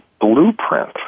blueprint